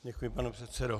Děkuji, pane předsedo.